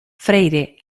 freire